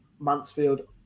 Mansfield